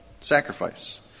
sacrifice